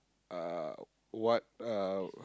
uh what uh